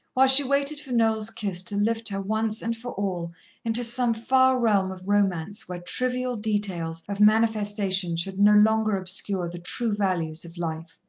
while she waited for noel's kiss to lift her once and for all into some far realm of romance where trivial details of manifestation should no longer obscure the true values of life.